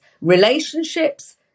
Relationships